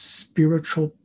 spiritual